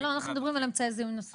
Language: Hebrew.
לא, אנחנו מדברים על אמצעי זיהוי נוספים.